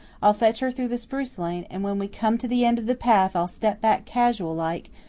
i'll fetch her through the spruce lane, and when we come to the end of the path i'll step back casual-like,